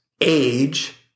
age